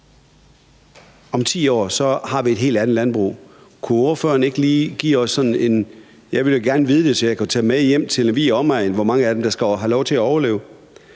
om 10 år har et helt andet landbrug. Kunne ordføreren ikke lige fortælle os om det? Jeg vil jo gerne vide det, så jeg kan tage hjem til Lemvig og omegn og fortælle, hvor mange af dem der skal have lov til at overleve.